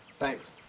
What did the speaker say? thanks,